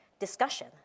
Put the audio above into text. discussion